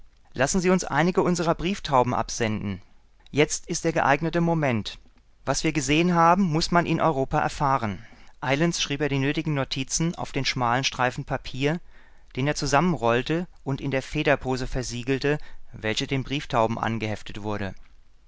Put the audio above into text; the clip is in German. lassen sie uns einige unserer brieftauben absenden jetzt ist der geeignete moment was wir gesehen haben muß man in europa erfahren eilends schrieb er die nötigen notizen auf den schmalen streifen papier den er zusammenrollte und in der federpose versiegelte welche den brieftauben angeheftet wurde